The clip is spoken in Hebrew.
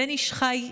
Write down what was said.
הבן איש חי,